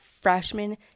freshman